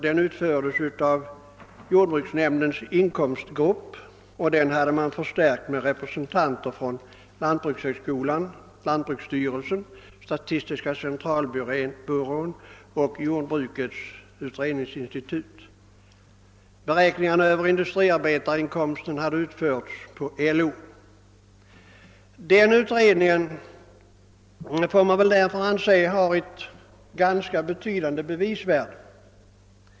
Den utfördes av jordbruksnämndens inkomstgrupp som hade förstärkts med representanter från lantbrukshögskolan, lantbruksstyrelsen, statistiska centralbyrån och Jordbrukets utredningsinstitut. Beräkningarna över industriarbetarinkomsten utfördes av LO. Den utredringen får man väl därför anse ha ett ganska betydande bevisvärde.